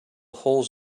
holes